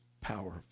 powerful